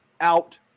out